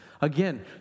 Again